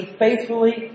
faithfully